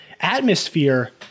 atmosphere